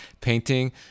painting